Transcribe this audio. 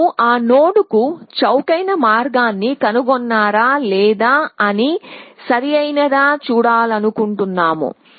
మేము ఆ నోడ్కు చౌకైన మార్గాన్ని కనుగొన్నారా లేదా అని సరియైనదా చూడాలను కుంటున్నాము